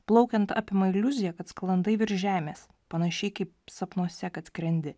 plaukiant apima iliuzija kad sklandai virš žemės panašiai kaip sapnuose kad skrendi